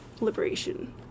liberation